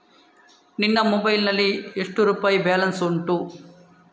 ನಿನ್ನ ಮೊಬೈಲ್ ನಲ್ಲಿ ಎಷ್ಟು ರುಪಾಯಿ ಬ್ಯಾಲೆನ್ಸ್ ಉಂಟು?